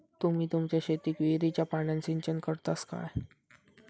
तुम्ही तुमच्या शेतीक विहिरीच्या पाण्यान सिंचन करतास काय?